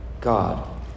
God